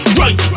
right